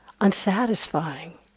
unsatisfying